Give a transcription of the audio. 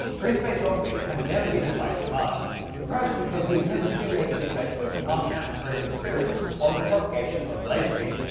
free space optics has never been applied to mars perhaps because we've never simulated the effects of martian atmospheric interference on the propagation of the laser beam.